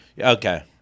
Okay